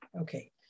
Okay